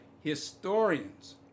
historians